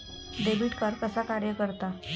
Debit card कसा कार्य करता?